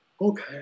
Okay